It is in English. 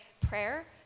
prayer